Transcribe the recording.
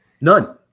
None